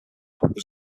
was